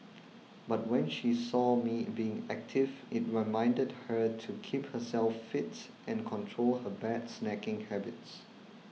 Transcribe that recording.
but when she saw me being active it reminded her to keep herself fit and control her bad snacking habits